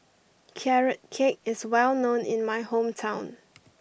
Carrot Cake is well known in my hometown